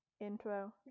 intro